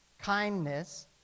kindness